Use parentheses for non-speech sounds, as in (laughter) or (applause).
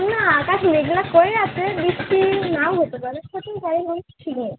না আকাশ মেঘলা করে আছে বৃষ্টি নাও হতে পারে হতেই পারে (unintelligible)